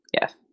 Yes